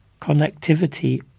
connectivity